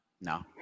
no